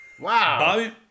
Wow